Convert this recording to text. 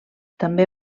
també